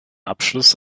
abschluss